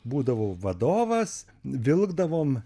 būdavau vadovas vilkdavom